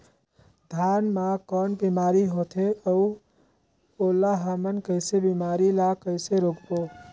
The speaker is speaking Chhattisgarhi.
धान मा कौन बीमारी होथे अउ ओला हमन कइसे बीमारी ला कइसे रोकबो?